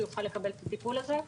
שהוא יוכל לקבל את הטיפול הזה?